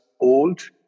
old